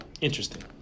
Interesting